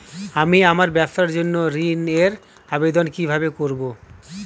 আমি আমার ব্যবসার জন্য ঋণ এর আবেদন কিভাবে করব?